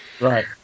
Right